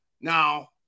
Now